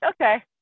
okay